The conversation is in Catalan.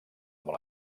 mot